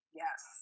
yes